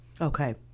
Okay